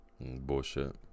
Bullshit